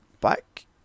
back